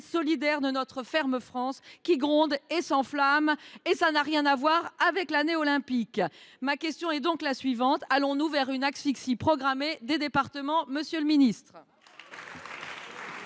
solidaires de notre ferme France, laquelle gronde et s’enflamme, et cela n’a rien à voir avec l’année olympique ! Ma question est donc la suivante : allons nous vers une asphyxie programmée des départements, monsieur le ministre